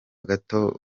gato